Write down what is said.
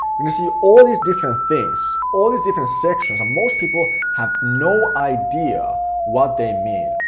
gonna see all these different things, all these different sections, and most people have no idea what they mean.